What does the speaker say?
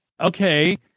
okay